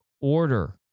Order